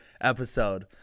episode